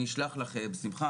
אני אשלח לך בשמחה,